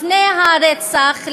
לפני הרצח,